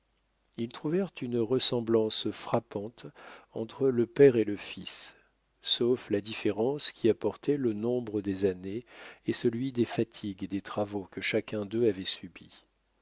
ils trouvèrent une ressemblance frappante entre le père et le fils sauf la différence qu'y apportaient le nombre des années et celui des fatigues et des travaux que chacun d'eux avait subis